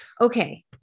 Okay